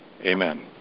Amen